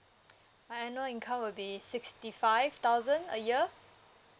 my annual income will be sixty five thousand a year